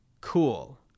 cool